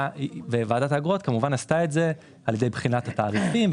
ועדת האגרות עשתה את זה על ידי בחינת התעריפים,